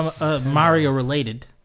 Mario-related